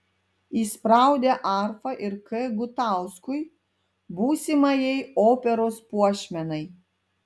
įspraudė arfą ir k gutauskui būsimajai operos puošmenai